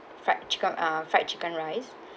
fried chicken uh fried chicken rice